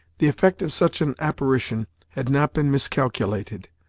the effect of such an apparition had not been miscalculated.